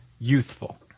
youthful